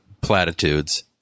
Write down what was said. platitudes